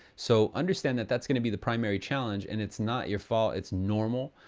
so, understand that that's gonna be the primary challenge, and it's not your fault. it's normal,